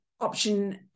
option